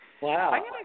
Wow